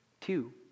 Two